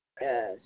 Yes